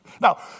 Now